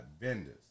vendors